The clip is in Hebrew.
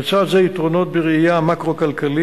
לצעד זה יש יתרונות בראייה מקרו-כלכלית,